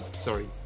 sorry